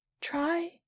Try